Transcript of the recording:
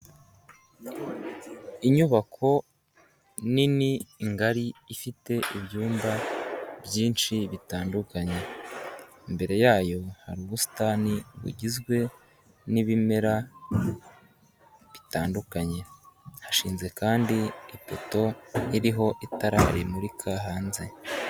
Inyubako nini ngari ifite ibyumba byinshi bitandukanye, imbere yayo hari ubusitani bugizwe n'ibimera bitandukanye, hashinze kandi ipoto iriho itara rimurika hanze.